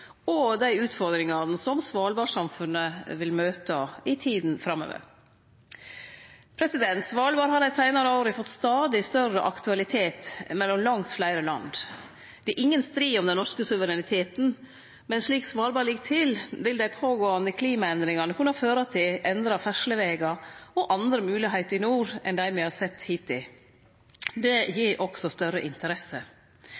og i dei utfordringane som Svalbard-samfunnet vil møte i tida framover. Svalbard har dei seinare åra fått stadig større aktualitet mellom langt fleire land. Det er ingen strid om den norske suvereniteten, men slik Svalbard ligg til, vil dei pågåande klimaendringane kunne føre til endra ferdslevegar og andre moglegheiter i nord enn dei me har sett hittil. Det